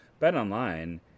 BetOnline